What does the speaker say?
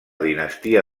dinastia